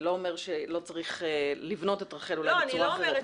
לא אומר שלא צריך לבנות את רח"ל אולי בצורה אחרת,